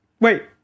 Wait